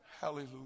Hallelujah